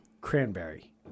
Cranberry